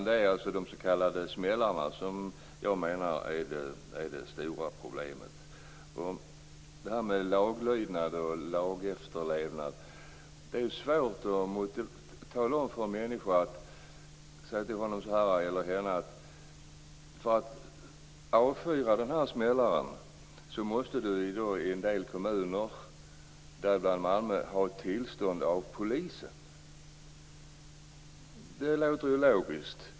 Det är de s.k. smällarna som är det stora problemet. Sedan var det laglydnad och lagefterlevnad. Det är svårt att tala om för människor att för att avfyra smällare måste de i vissa kommuner, däribland Malmö, ha tillstånd av polisen. Det låter logiskt.